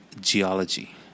geology